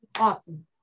Awesome